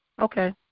Okay